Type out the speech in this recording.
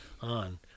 on